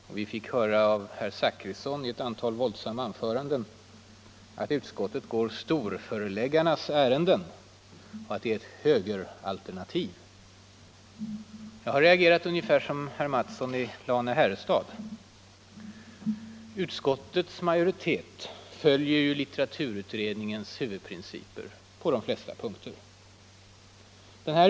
Och vi fick veta av herr Zachrisson i ett antal våldsamma anföranden att utskottet ”går storförläggarnas ärenden” och att utskottets förslag är ett ”högeralternativ”. Jag har reagerat ungefär som herr Mattsson i Lane-Herrestad. Utskottets majoritet följer litteraturutredningens huvudprinciper på de flesta punkter.